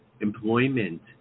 employment